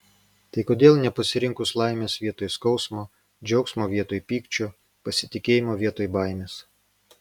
tai kodėl nepasirinkus laimės vietoj skausmo džiaugsmo vietoj pykčio pasitikėjimo vietoj baimės